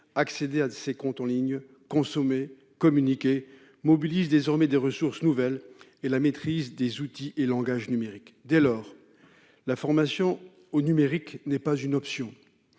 accéder à ses comptes en ligne, consommer, communiquer mobilise désormais des ressources nouvelles et la maîtrise des outils et langages numériques. Dès lors, la formation au numérique n'est pas une option,